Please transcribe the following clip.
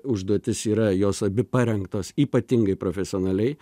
užduotis yra jos abi parengtos ypatingai profesionaliai